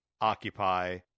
occupy